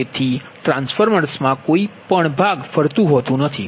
તેથી ટ્રાન્સફોર્મરમાં કોઈ ફરતું ભાગ નથી